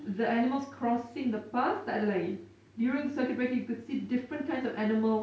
the animals crossing the path tak ada lagi during circuit breaker you could see different kinds of animals